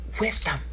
wisdom